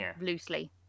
loosely